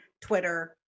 Twitter